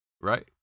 right